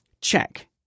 check